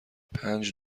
پنج